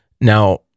Now